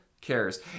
cares